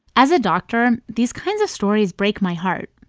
as a doctor, these kinds of stories break my heart.